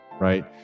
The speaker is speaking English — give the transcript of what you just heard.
right